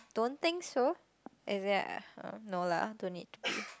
don't think so is it no lah don't need